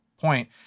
point